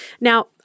Now